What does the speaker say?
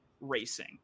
racing